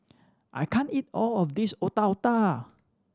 I can't eat all of this Otak Otak